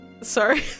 Sorry